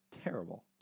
Terrible